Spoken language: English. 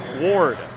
Ward